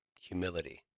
Humility